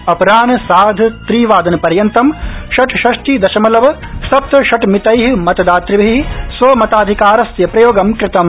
अपराह सार्धंत्रिवादनपर्यन्तं षट्षष्टि दशमलव सप्त षट्मितै मतदातृभि स्वमताधिकारस्य प्रयोगं कृतम्